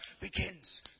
begins